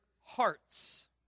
hearts